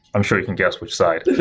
i'm sure you can guess which side.